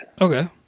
Okay